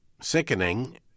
sickening